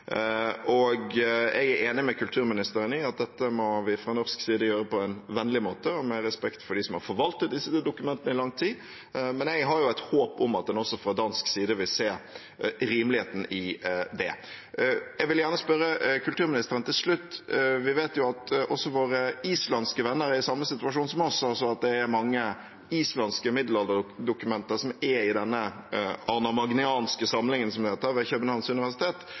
Jeg er enig med kulturministeren i at dette må vi fra norsk side gjøre på en vennlig måte og med respekt for dem som har forvaltet disse dokumentene i lang tid, men jeg har et håp om at man også fra dansk side vil se rimeligheten i det. Jeg vil gjerne stille kulturministeren et spørsmål. Vi vet jo at også våre islandske venner er i samme situasjon – det er mange islandske middelalderdokumenter i Den arnamagnæanske samling, som